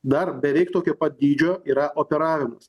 dar beveik tokio pat dydžio yra operavimas